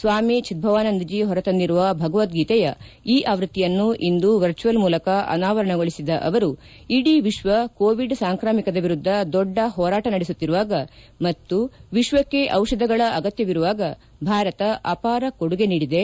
ಸ್ವಾಮಿ ಚಿದ್ಲವಾನಂದ್ಜೀ ಹೊರತಂದಿರುವ ಭಗವದ್ಗೀತೆಯ ಇ ಆವೃತ್ತಿಯನ್ನು ಇಂದು ವರ್ಚುವಲ್ ಮೂಲಕ ಅನಾವರಣಗೊಳಿಸಿದ ಅವರು ಇಡೀ ವಿಶ್ವ ಕೋವಿಡ್ ಸಾಂಕ್ರಾಮಿಕದ ವಿರುದ್ದ ದೊಡ್ಡ ಹೋರಾಟ ನಡೆಸುತ್ತಿರುವಾಗ ಮತ್ತು ವಿಶ್ವಕ್ಷೆ ದಿಷಧಗಳ ಅಗತ್ತವಿರುವಾಗ ಭಾರತ ಅಪಾರ ಕೊಡುಗೆ ನೀಡಿದೆ